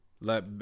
Let